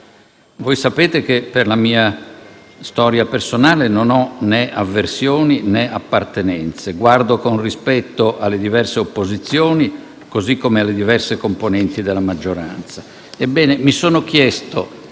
Voi sapete, per la mia storia personale, che non ho né avversioni, né appartenenze e che guardo con rispetto alle diverse opposizioni, così come alle diverse componenti della maggioranza. Ebbene, mi sono chiesto